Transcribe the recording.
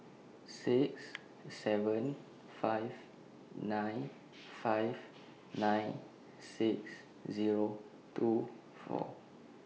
six seven five nine five nine six Zero two four